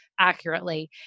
accurately